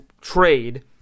trade